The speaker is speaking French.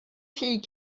fille